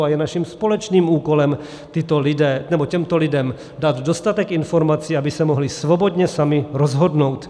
A je naším společným úkolem těmto lidem dát dostatek informací, aby se mohli svobodně sami rozhodnout.